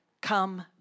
Come